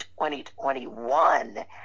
2021